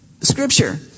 Scripture